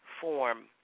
form